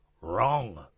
Wrong